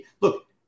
look